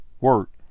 work